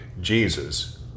Jesus